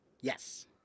Yes